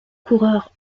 coureur